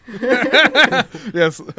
Yes